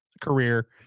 career